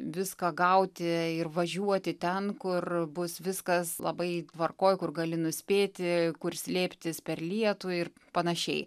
viską gauti ir važiuoti ten kur bus viskas labai tvarkoj kur gali nuspėti kur slėptis per lietų ir panašiai